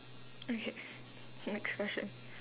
okay next question